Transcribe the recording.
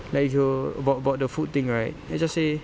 like if you about about the food thing right let's just say